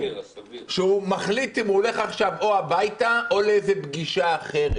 שהוא מחליט אם הוא הולך עכשיו או הביתה או לאיזו פגישה אחרת,